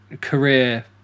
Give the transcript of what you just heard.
career